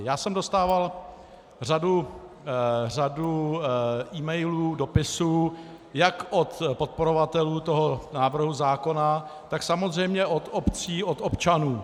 Já jsem dostával řadu emailů, dopisů jak od podporovatelů toho návrhu zákona, tak samozřejmě od obcí, od občanů.